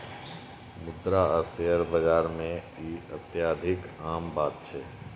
मुद्रा आ शेयर बाजार मे ई अत्यधिक आम बात छै